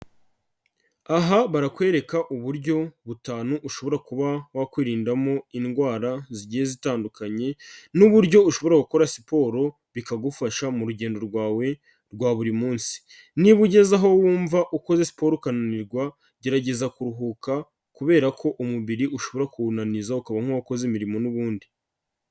Aha barakwereka uburyo butanu ushobora kuba wakwirindamo indwara zigiye zitandukanye n'uburyo ushobora gukora siporo bikagufasha mu rugendo rwawe rwa buri munsi, niba ugeze aho wumva ukoze siporo ukananirwa, gerageza kuruhuka kubera ko umubiri ushobora kuwunaniza ukaba nk'uwakoze imirimo n'ubundi.